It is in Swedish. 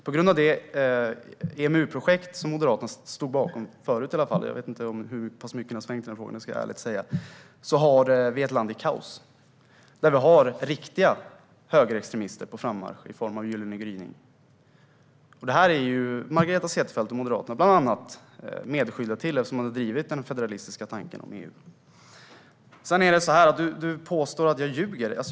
På grund av det EMU-projekt som Moderaterna stod bakom - de gjorde det åtminstone tidigare, men jag ska ärligt säga att jag inte vet hur pass mycket de har svängt i denna fråga - har vi ett land i kaos. Där finns det riktiga högerextremister på frammarsch i form av Gyllene gryning. Detta är bland andra Margareta Cederfelt och Moderaterna medskyldiga till, eftersom de har drivit den federalistiska tanken om EU. Margareta Cederfelt påstår att jag ljuger.